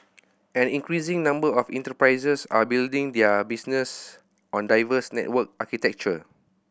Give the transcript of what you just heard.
an increasing number of enterprises are building their business on diverse network architecture